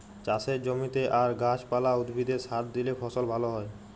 চাষের জমিতে আর গাহাচ পালা, উদ্ভিদে সার দিইলে ফসল ভাল হ্যয়